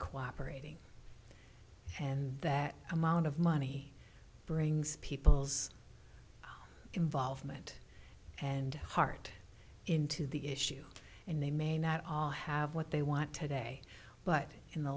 cooperated and that amount of money brings people's involvement and heart into the issue and they may not all have what they want today but in the